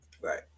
Right